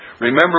remember